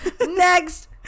next